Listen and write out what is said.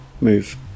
move